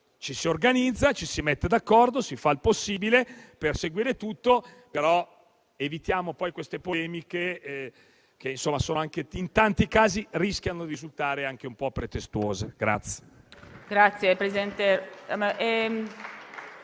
ci si organizza, ci si mette d'accordo, si fa il possibile per seguire tutto, però evitiamo poi queste polemiche che in tanti casi rischiano di risultare anche un po' pretestuose.